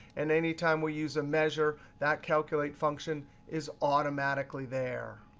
and anytime we use a measure, that calculate function is automatically there.